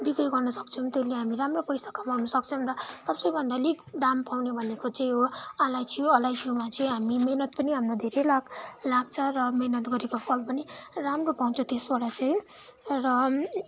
बिक्री गर्न सक्छौँ त्यसले हामीलाई राम्रो पैसा कमाउन सक्छौँ र सबसे भन्दा अलिक दाम पाउने भनेको चाहिँ हो अलैँची अलैँचीमा चाहिँ हामी मेहनत पनि हामीलाई धेरै लाग्छ र मेहनत गरेको फल पनि राम्रो पाउँछ त्यसबाट चाहिँ र